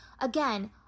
Again